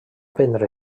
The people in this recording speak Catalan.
prendre